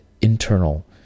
internal